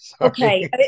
Okay